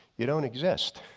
you don't exist.